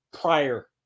prior